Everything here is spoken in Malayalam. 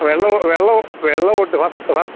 വെള്ള വുഡ്ഡ്